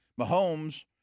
Mahomes